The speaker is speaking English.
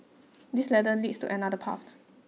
this ladder leads to another path